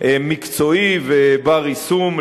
מקצועי ובר-יישום,